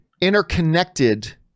interconnected